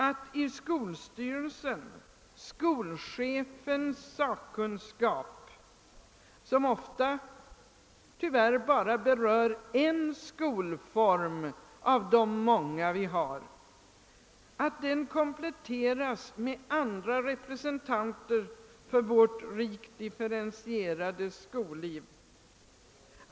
Att skolchefen med sin sakkunskap — som ofta tyvärr bara omfattar en skolform av de många som finns — i en skolstyrelse kompletteras med andra representanter för vårt rikt differentierade skolliv är värdefullt.